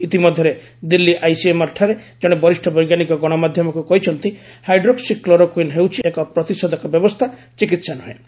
ଇତିମଧ୍ୟରେ ଦିଲ୍ଲୀ ଆଇସିଏମ୍ଆର୍ଠାରେ ଜଣେ ବରିଷ୍ଠ ବୈଜ୍ଞାନିକ ଗଣମାଧ୍ୟମକୁ କହିଛନ୍ତି ହାଇଡ୍ରୋକ୍ସି କ୍ଲୋରୋକୁଇନ୍ ହେଉଛି ଏବଂ ପ୍ରତିଷେଧକ ବ୍ୟବସ୍ଥା ଚିକିତ୍ସା ନୁହେଁ